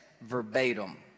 verbatim